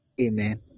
Amen